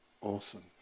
awesome